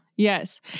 Yes